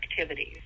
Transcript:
activities